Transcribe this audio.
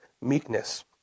meekness